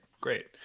Great